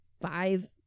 five